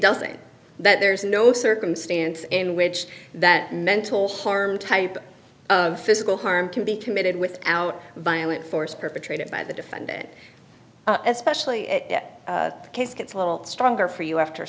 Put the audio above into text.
doesn't that there's no circumstance in which that mental harm type of physical harm to be committed without violent force perpetrated by the defendant as specially the case gets a little stronger for you after